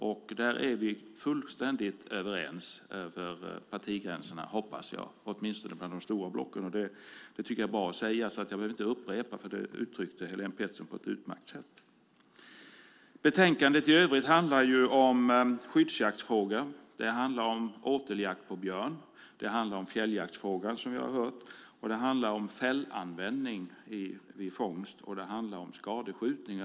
Om det är vi, hoppas jag, fullständigt överens över partigränserna - åtminstone bland de stora blocken. Det är bra att det sägs, så jag behöver inte upprepa det som Helén Pettersson på ett utmärkt sätt uttryckt. Betänkandet i övrigt handlar om skyddsjaktsfrågor, åteljakt på björn, fjälljaktsfrågor som vi hört, fällanvändning vid fångst och skadskjutningar.